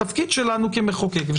התפקיד שלנו כמחוקקים,